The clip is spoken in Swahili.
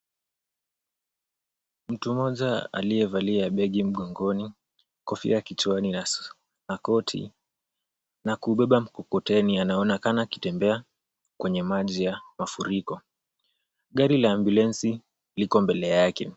Mtu mmoja aliyevalia begi mgongoni, kofia kichwani na koti na kubeba mkokoteni anaonekana akitembea kwenye maji ya mafuriko. Gari la ambulensi liko mbele yake.